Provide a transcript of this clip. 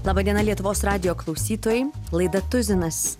laba diena lietuvos radijo klausytojai laida tuzinas